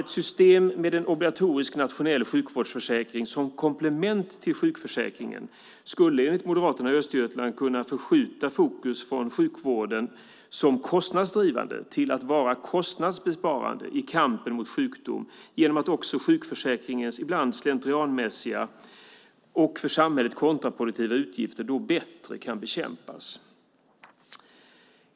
Ett system med en obligatorisk nationell sjukvårdsförsäkring som komplement till sjukförsäkringen skulle enligt Moderaterna i Östergötland kunna förskjuta fokus från sjukvården som kostnadsdrivande till att den blir kostnadsbesparande i kampen mot sjukdom. Sjukförsäkringens ibland slentrianmässiga och för samhället kontraproduktiva utgifter skulle då bättre kunna bekämpas.